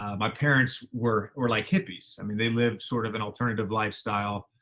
my parents were were like hippies. i mean, they lived sort of an alternative lifestyle.